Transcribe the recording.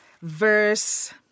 verse